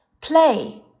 play